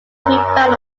found